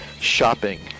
shopping